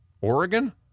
Oregon